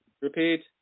Repeat